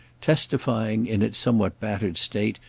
testifying, in its somewhat battered state,